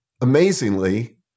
amazingly